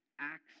Acts